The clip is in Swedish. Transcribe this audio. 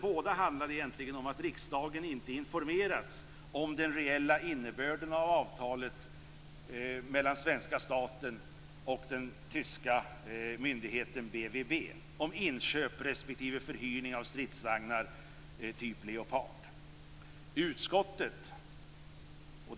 Båda handlade egentligen om att riksdagen inte informerats om den reella innebörden av avtalet mellan svenska staten och den tyska myndigheten BWB om inköp respektive förhyrning av stridsvagnar, typ Leopard.